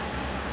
punya bawah